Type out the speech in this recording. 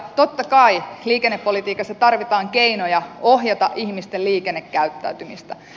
totta kai liikennepolitiikassa tarvitaan keinoja ohjata ihmisten liikennekäyttäytymistä